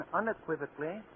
unequivocally